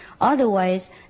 Otherwise